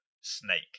snake